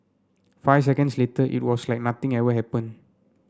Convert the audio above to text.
five seconds later it was like nothing ever happen